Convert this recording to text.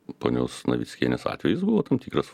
ponios navickienės atvejis buvo tam tikras